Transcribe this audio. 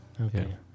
Okay